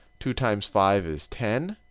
two times five is ten.